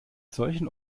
solchen